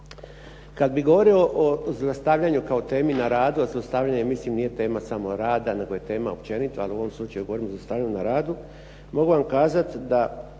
Kada bih govorio o zlostavljanju kao temi na radu, a zlostavljanje mislim nije tema samo rada nego je tema općenito ali u ovom slučaju govorim o zlostavljanju na radu, mogu vam kazati da